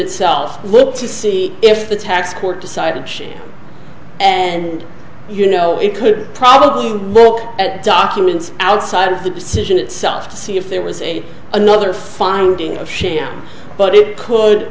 itself look to see if the tax court decide which and you know it would probably look at documents outside of the decision itself to see if there was another finding share but it could